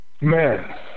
Man